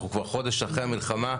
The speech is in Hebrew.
אנחנו כבר חודש אחרי המלחמה.